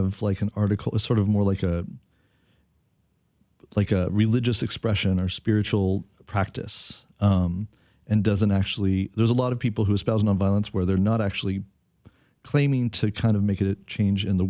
of like an article a sort of more like a like a religious expression or spiritual practice and doesn't actually there's a lot of people who espouse nonviolence where they're not actually claiming to kind of make it change in the